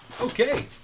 Okay